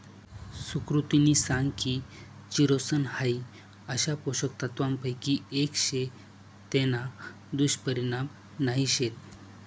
सुकृतिनी सांग की चिरोसन हाई अशा पोषक तत्वांपैकी एक शे तेना दुष्परिणाम नाही शेत